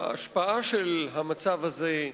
ההשפעה של המצב הזה,